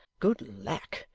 good lack!